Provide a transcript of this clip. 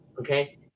Okay